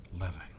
living